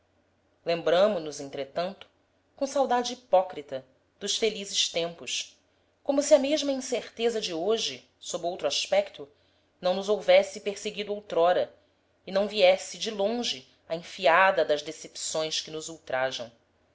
rigoroso lembramo-nos entretanto com saudade hipócrita dos felizes tempos como se a mesma incerteza de hoje sob outro aspecto não nos houvesse perseguido outrora e não viesse de longe a enfiada das decepções que nos ultrajam